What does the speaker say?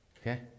Okay